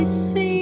see